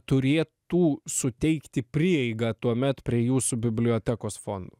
turėtų suteikti prieigą tuomet prie jūsų bibliotekos fondų